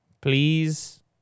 please